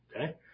okay